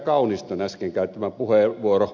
kauniston äsken käyttämä puheenvuoro